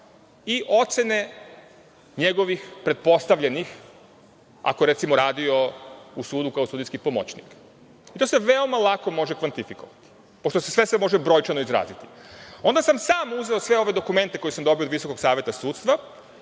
i ocene njegovih pretpostavljenih, ako je, recimo, radio u sudu kao sudijski pomoćnik. To se veoma lako može kvantifikovati, pošto se sve može brojčano izraziti. Onda sam sam uzeo sve ove dokumente koje sam dobio od Visokog saveta sudstva